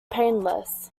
painless